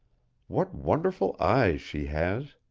what wonderful eyes she has.